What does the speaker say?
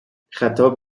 خطاب